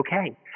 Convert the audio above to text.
okay